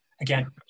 again